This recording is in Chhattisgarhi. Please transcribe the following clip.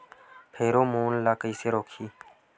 फेरोमोन ला कइसे रोकही?